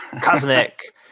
cosmic